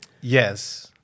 yes